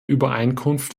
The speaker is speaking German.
übereinkunft